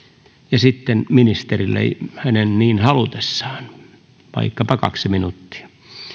ja sitten ministerille hänen niin halutessaan vaikkapa kaksi minuuttia